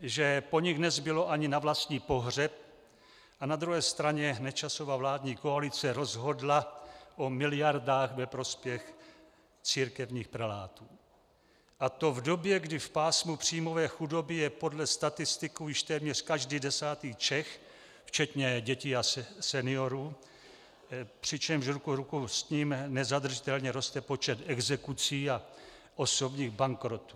že po nich nezbylo ani na vlastní pohřeb, a na druhé straně Nečasova vládní koalice rozhodla o miliardách ve prospěch církevních prelátů, a to v době, kdy v pásmu příjmové chudoby je podle statistiků již téměř každý desátý Čech včetně dětí a seniorů, přičemž ruku v ruce s tím nezadržitelně roste počet exekucí a osobních bankrotů.